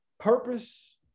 Purpose